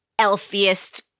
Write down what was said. elfiest